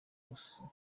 gusana